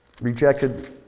Rejected